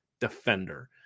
defender